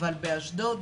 באשדוד,